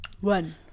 one